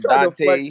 Dante